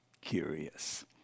curious